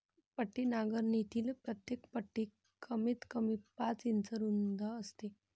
पट्टी नांगरणीतील प्रत्येक पट्टी कमीतकमी पाच इंच रुंद असते